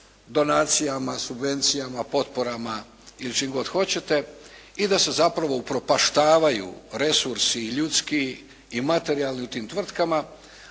donacijama, subvencijama, potporama ili čim god hoćete i da se zapravo upropaštavaju resursi ljudski i materijalni u tim tvrtkama